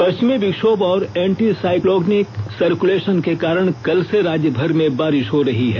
पश्चिमी विक्षोभ और एंटी साइक्लोनिक सर्क्तलेशन के कारण कल से राज्यभर में बारिश हो रही है